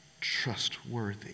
trustworthy